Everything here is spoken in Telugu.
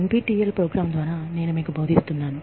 NPTEL ప్రోగ్రాం ద్వారా నేను మీకు బోధిస్తున్నాను